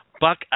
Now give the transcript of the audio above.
Buck